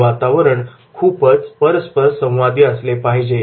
हे वातावरण खूपच परस्परसंवादी असले पाहिजे